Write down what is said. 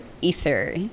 ether